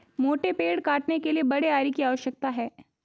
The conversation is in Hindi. मोटे पेड़ काटने के लिए बड़े आरी की आवश्यकता है